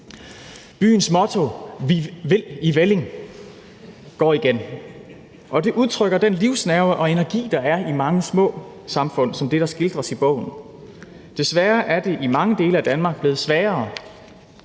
Byens motto, »Vi vil i Velling«, går igen, og det udtrykker den livsnerve og energi, der er i mange små samfund som det, der skildres i bogen. Desværre er det i mange dele af Danmark blevet sværere